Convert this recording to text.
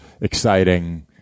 exciting